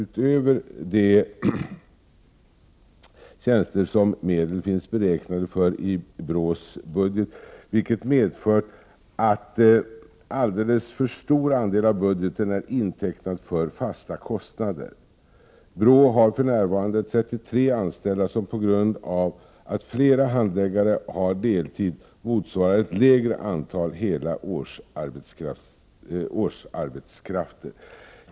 1988/89:103 utöver de tjänstemän som medel finns beräknade för i BRÅ:s budget, vilket 25 april 1989 har medfört att alldeles för stor andel av budgeten är intecknad av fasta kostnader. BRÅ har för närvarande 33 anställda, på BRÅ:s budget, vilka på grund av att flera handläggare har deltid motsvarar ett lägre antal hela årsarbetskrafter.